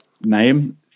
name